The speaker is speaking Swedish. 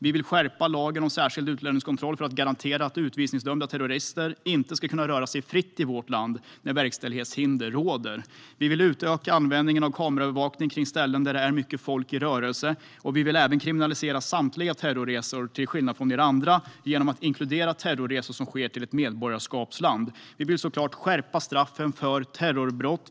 Vi vill skärpa lagen om särskild utlänningskontroll för att garantera att utvisningsdömda terrorister inte ska kunna röra sig fritt i vårt land när verkställighetshinder råder. Vi vill utöka användningen av kameraövervakning på ställen där det är mycket folk i rörelse. Vi vill även kriminalisera samtliga terrorresor, till skillnad från er andra, genom att inkludera terrorresor som sker till ett medborgarskapsland. Vi vill såklart skärpa straffen för terrorbrott.